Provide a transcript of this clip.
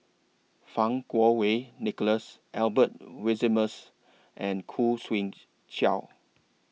Fang Kuo Wei Nicholas Albert Winsemius and Khoo Swee Chiow